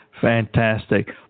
Fantastic